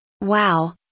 Wow